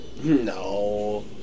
No